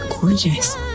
gorgeous